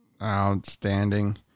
outstanding